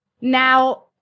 Now